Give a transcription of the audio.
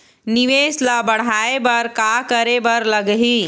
निवेश ला बढ़ाय बर का करे बर लगही?